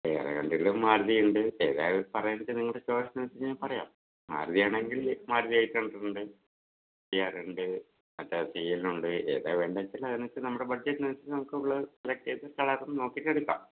വേറെ വണ്ടികള് മാരുതി ഉണ്ട് ഏതാണ് നിങ്ങള് പറയാണെന്ന് വെച്ചാൽ നിങ്ങളെ ചോയ്സ്നനുസരിച്ച് ഞാൻ പറയാം മാരുതിയാണെങ്കിൽ മാരുതി എയ്റ്റ് ഹൺഡ്രഡ് ഉണ്ട് ഉണ്ട് ഏതാണ് വേണ്ടതെന്ന് വെച്ചാല് അതിനനുസരിച്ച് നമ്മളെ ബഡ്ജറ്റിനനുസരിച്ച് നമുക്ക് ഉള്ളത് സെലക്ട് ചെയ്ത് കളർ നോക്കിയിട്ട് എടുക്കാം